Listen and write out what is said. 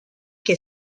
che